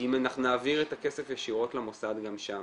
אם אנחנו נעביר את הכסף ישירות למוסד גם שם.